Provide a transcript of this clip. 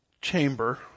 chamber